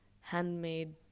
handmade